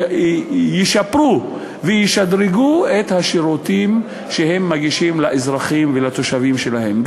ישפרו וישדרגו את השירותים שהן מגישות לאזרחים ולתושבים שלהן.